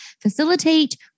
facilitate